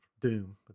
Doom